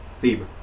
Fever